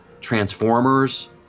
Transformers